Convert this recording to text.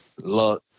Luck